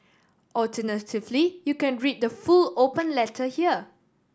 alternatively you can read the full open letter here